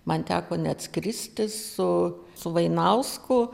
man teko net skristi su su vainausku